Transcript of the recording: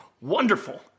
Wonderful